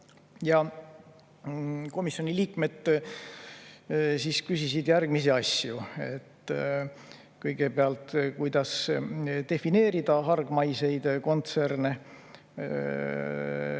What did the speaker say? Komisjoni liikmed küsisid järgmisi asju. Kõigepealt, kuidas defineerida hargmaiseid kontserne?